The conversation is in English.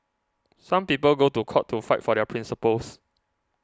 some people go to court to fight for their principles